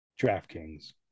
DraftKings